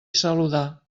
saludar